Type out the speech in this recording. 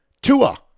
tua